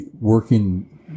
working